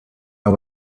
and